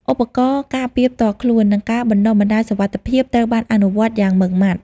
ឧបករណ៍ការពារផ្ទាល់ខ្លួន និងការបណ្តុះបណ្តាលសុវត្ថិភាពត្រូវបានអនុវត្តយ៉ាងម៉ឺងម៉ាត់។